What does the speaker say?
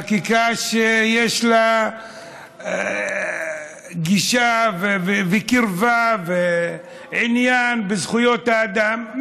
חקיקה שיש לה גישה וקרבה ועניין בזכויות האדם,